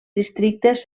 districtes